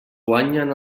guanyen